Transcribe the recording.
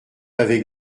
avec